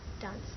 dance